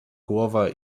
głowa